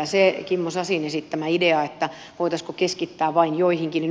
koskien sitä kimmo sasin esittämää ideaa että voitaisiinko keskittää vain joihinkin